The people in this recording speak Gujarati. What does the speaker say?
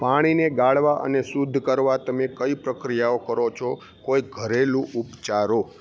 પાણીને ગાળવા અને શુદ્ધ કરવા તમે કઈ પ્રક્રિયાઓ કરો છો કોઈ ઘરેલુ ઉપચારો